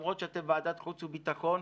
למרות שאתם ועדת החוץ והביטחון,